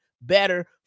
better